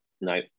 no